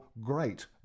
great